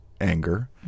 anger